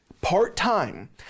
part-time